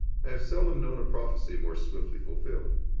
i have seldom known a prophecy more swiftly fulfilled.